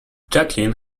jacqueline